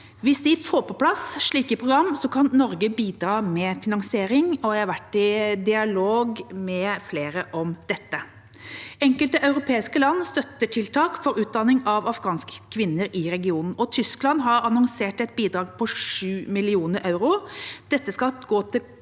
Hvis de får på plass slike programmer, kan Norge bidra med finansiering, og jeg har vært i dialog med flere om dette. Enkelte europeiske land støtter tiltak for utdanning av afghanske kvinner i regionen, og Tyskland har annonsert et bidrag på 7 millioner euro. Dette skal gå til